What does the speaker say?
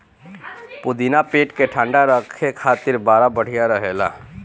पुदीना पेट के ठंडा राखे खातिर बड़ा बढ़िया रहेला